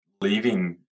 leaving